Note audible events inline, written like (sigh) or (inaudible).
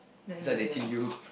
ten million (breath)